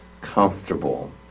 comfortable